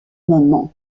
moment